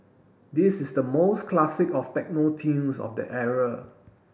this is the most classic of techno tunes of that era